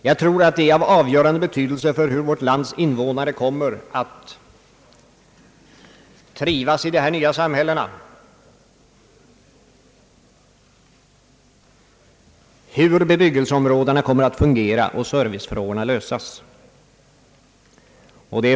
Jag tror att det är av avgörande betydelse för hur vårt lands invånare kommer att trivas i dessa nya samhällen, hur bebyggelseområdena kommer att fungera och servicefrågorna lösas.